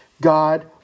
God